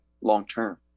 long-term